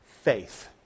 Faith